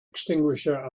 extinguisher